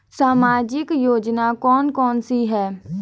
सामाजिक योजना कौन कौन सी हैं?